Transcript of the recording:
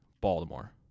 Baltimore